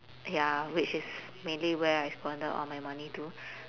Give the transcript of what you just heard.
ya which is mainly where I squandered all my money to